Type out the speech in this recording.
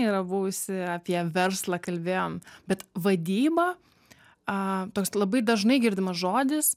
yra buvusi apie verslą kalbėjom bet vadyba a toks labai dažnai girdimas žodis